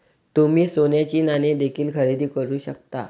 तुम्ही सोन्याची नाणी देखील खरेदी करू शकता